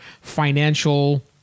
financial